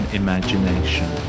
imagination